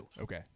Okay